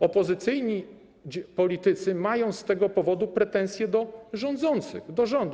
Opozycyjni politycy mają z tego powodu pretensję do rządzących, do rządu.